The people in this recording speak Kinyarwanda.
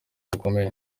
bukomeye